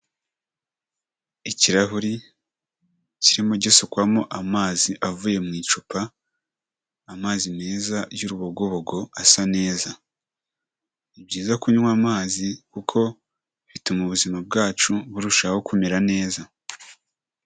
Ikirahuri kirimo gisukwamo amazi avuye mu icupa, amazi meza y'urubogobogo asa neza. Ni byiza kunywa amazi kuko bituma ubuzima bwacu burushaho kumera neza.